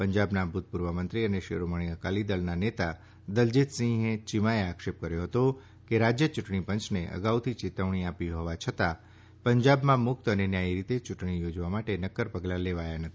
પંજાબના ભૂતપૂર્વ મંત્રી અને શિરોમણી અકાલી દળના નેતા દલજીતસિંહ ચીમાએ આક્ષેપ કર્યો હતો કે રાજ્ય યૂંટણી પંચને અગાઉથી ચેતવણી આપી હોવા છતાં પંજાબમાં મુક્ત અને ન્યાયી રીતે યૂંટણી યોજવા માટે નક્કર પગલાં લેવાયા નથી